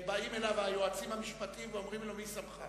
באים אליו היועצים המשפטיים ואומרים לו: מי שמך?